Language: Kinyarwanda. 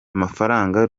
amafaranga